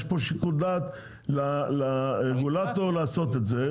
יש פה שיקול דעת לרגולטור לעשות את זה,